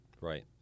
Right